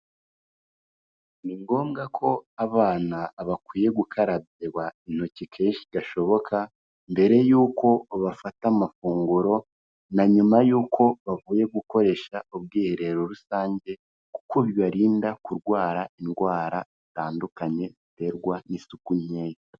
Ni ngombwa ko abana bakwiye gukarabywa intoki kenshi gashoboka, mbere yuko bafata amafunguro na nyuma y'uko bavuye gukoresha ubwiherero rusange, kuko bibarinda kurwara indwara zitandukanye ziterwa n'isuku nkeya.